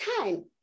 time